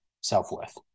self-worth